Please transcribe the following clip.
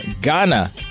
Ghana